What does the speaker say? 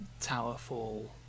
Towerfall